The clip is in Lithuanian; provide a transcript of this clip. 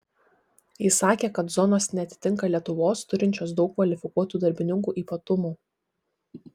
jis sakė kad zonos neatitinka lietuvos turinčios daug kvalifikuotų darbininkų ypatumų